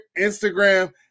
Instagram